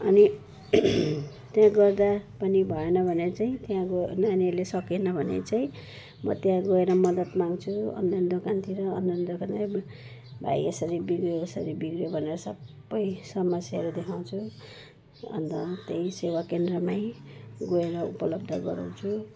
अनि त्यहाँ गर्दा पनि भएन भने चाहिँ त्यहाँ नानीहरूले सकेन भने चाहिँ म त्यहाँ गएर मदत माग्छु अनलाइन दोकानतिर अनलाइन दोकानमा भाइ यसरी बिग्रिएको छ उसरी बिग्रियो भनेर सबै समस्याहरू देखाउँछु अन्त त्यहीँ सेवाकेन्द्रमै गएर उपलब्ध गराउँछु